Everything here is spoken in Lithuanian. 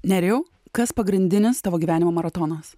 nerijau kas pagrindinis tavo gyvenimo maratonas